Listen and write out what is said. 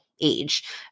age